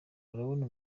urabona